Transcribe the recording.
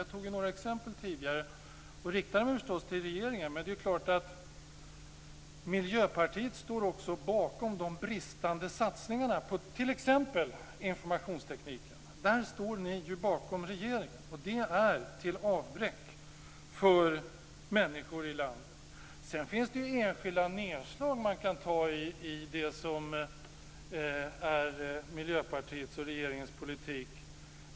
Jag gav tidigare några exempel och riktade mig då förstås till regeringen, men det är klart att också Miljöpartiet står bakom de bristande satsningarna på t.ex. informationstekniken. De är till avbräck för människor i landet, och där står ni bakom regeringen. Man kan också göra enskilda nedslag i det som är Miljöpartiets och regeringens politik.